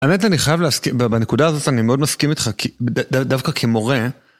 האמת, אני חייב להסכים, בנקודה הזאת אני מאוד מסכים איתך דווקא כמורה.